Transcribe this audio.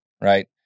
right